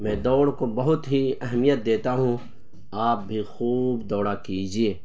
میں دوڑ کو بہت ہی اہمیت دیتا ہوں آپ بھی خوب دوڑا کیجیے